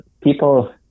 people